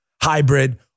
hybrid